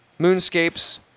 Moonscapes